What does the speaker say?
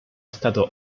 stato